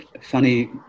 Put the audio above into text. funny